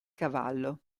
cavallo